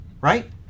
right